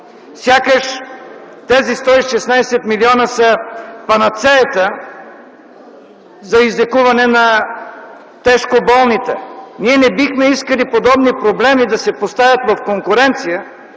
Сякаш тези 116 млн. лв. са панацеята за излекуване на тежко болните. Ние не бихме искали подобни проблеми да се поставят в конкуренция,